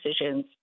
decisions